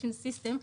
Switching System.